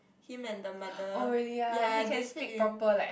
him and the mother ya they speak in